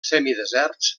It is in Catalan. semideserts